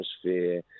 atmosphere